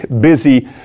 busy